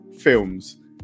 films